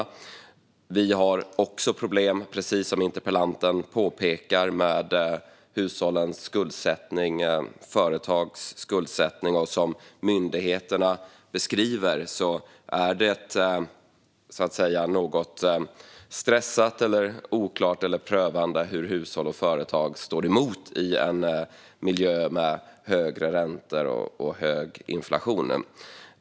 Vi har också, precis som interpellanten påpekar, problem med hushålls och företags skuldsättning. Som myndigheterna beskriver är det något stressat, oklart eller prövande när det gäller hur hushåll och företag står emot i en miljö med högre räntor och hög inflation.